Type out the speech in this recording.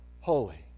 holy